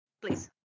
Please